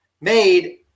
made